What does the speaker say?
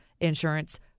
insurance